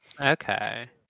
okay